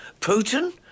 Putin